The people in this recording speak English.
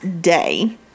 Day